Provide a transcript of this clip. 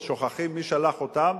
שוכחים מי שלח אותם,